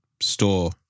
store